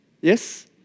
Yes